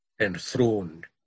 enthroned